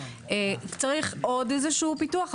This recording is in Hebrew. צריך עוד איזשהו פיתוח,